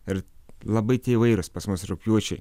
ir labai tie įvairūs pas mus rugpjūčiai